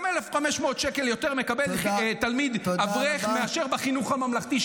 גם 1,500 שקל יותר מקבל אברך מאשר בחינוך הממלכתי,